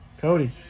Cody